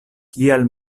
kial